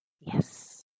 Yes